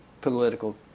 political